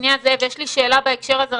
יש לי שאלה בהקשר הזה,